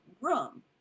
room